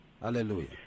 Hallelujah